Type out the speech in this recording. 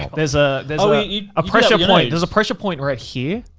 there's ah there's a pressure point, there's a pressure point right here,